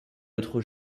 autre